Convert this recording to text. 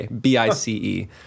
B-I-C-E